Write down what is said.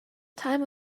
time